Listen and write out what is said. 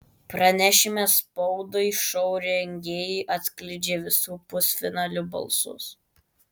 pranešime spaudai šou rengėjai atskleidžia visų pusfinalių balsus